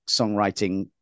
songwriting